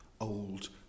old